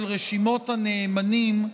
של רשימות הנאמנים,